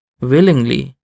willingly